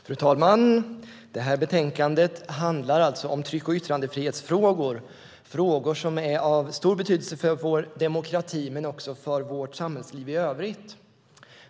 Fru talman! Det här betänkandet handlar alltså om tryck och yttrandefrihetsfrågor, frågor som är av stor betydelse för vår demokrati men också för vårt samhällsliv i övrigt.